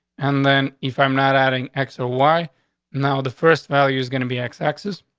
and then if i'm not adding extra. why now? the first value is gonna be x x is